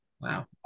Wow